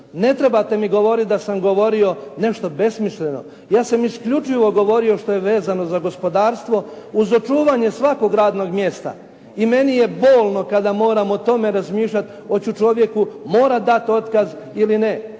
Ne trebate mi govoriti da sam govorio nešto besmisleno. Ja sam isključivo govorio što je vezano za gospodarstvo uz očuvanje svakog radnog mjesta i meni je bolno kada moram o tome razmišljati hoću čovjeku morati dati otkaz ili ne.